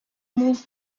moved